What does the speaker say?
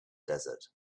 desert